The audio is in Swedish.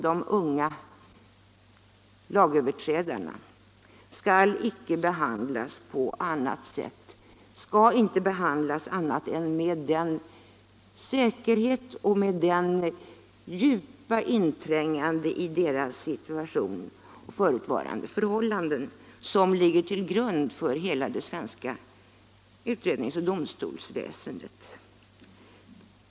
De unga lagöverträdarna skall icke behandlas annat än med den säkerhet och det djupa inträngande i deras situation och förutvarande förhållanden som ligger till grund för hela det svenska utrednings och domstolsväsendet.